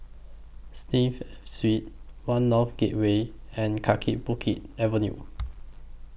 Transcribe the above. Steve Street one North Gateway and Kaki Bukit Avenue